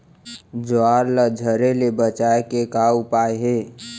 ज्वार ला झरे ले बचाए के का उपाय हे?